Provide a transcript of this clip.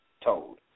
told